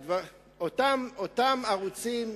אותם ערוצים,